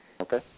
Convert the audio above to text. Okay